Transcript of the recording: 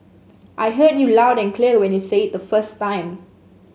I heard you loud and clear when you said it the first time